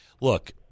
look